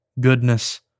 goodness